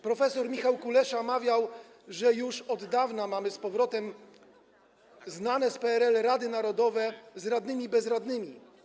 Prof. Michał Kulesza mawiał, że już od dawna mamy z powrotem znane z PRL rady narodowe z radnymi bezradnymi.